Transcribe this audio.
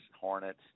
Hornet